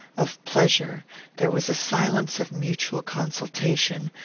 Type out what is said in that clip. of pleasure there was a silence of mutual consultation,